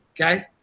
okay